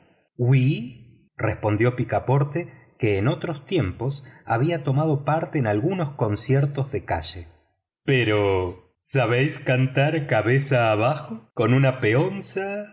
cantar sí respondió picaporte que en halagüeño le permitiría estar en algunos conciertos de calle pero sabéis cantar cabeza abajo con una peonza